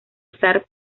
zar